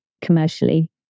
commercially